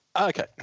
Okay